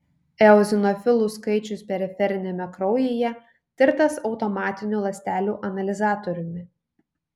eozinofilų skaičius periferiniame kraujyje tirtas automatiniu ląstelių analizatoriumi